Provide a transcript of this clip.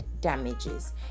damages